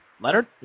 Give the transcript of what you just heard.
Leonard